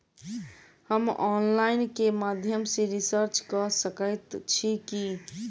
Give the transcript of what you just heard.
हम ऑनलाइन केँ माध्यम सँ रिचार्ज कऽ सकैत छी की?